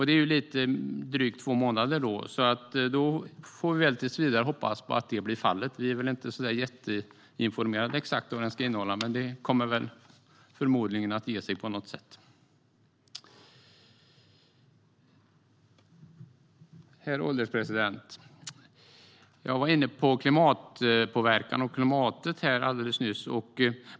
Det är lite drygt två månader till dess. Då får vi tills vidare hoppas på att det blir fallet. Vi är inte jätteinformerade om exakt vad den ska innehålla, men det kommer förmodligen att ge sig på något sätt. Herr ålderspresident! Jag var inne på klimatpåverkan och klimatet alldeles nyss.